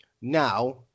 now